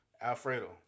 Alfredo